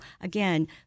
again